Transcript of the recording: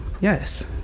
yes